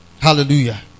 Hallelujah